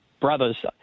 brothers